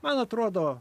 man atrodo